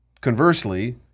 Conversely